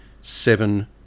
seven